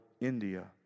India